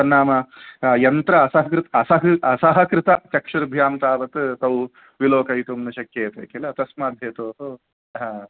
तन्नाम यन्त्र असकृत् असहकृतम् असहकृतचक्षुर्भ्यां तावत् तौ विलोकयितुं न शक्येते किल तस्माद्धेतोः ह